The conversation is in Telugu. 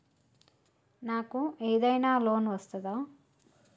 నాకు ఏదైనా లోన్ వస్తదా?